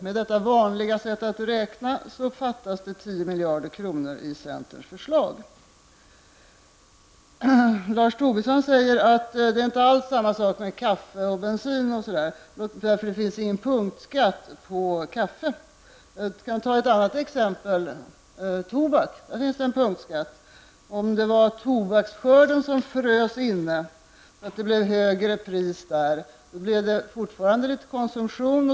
Med mitt vanliga sätt att räkna fattas det tio miljarder i centerns förslag. Lars Tobisson säger att kaffe och bensin inte alls är samma sak, eftersom vi inte har någon punktskatt på kaffe. Låt mig ta ett annat exempel. På tobak har vi en punktskatt. Om tobaksskörden slår fel, så att tobakspriset blir högre, blir momsintäkterna också högre vid en oförändrad konsumtion.